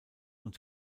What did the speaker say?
und